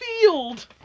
field